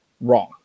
wrong